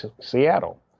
Seattle